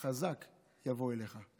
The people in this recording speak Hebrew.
החזק יבוא אליך.